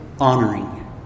honoring